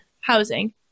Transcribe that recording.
housing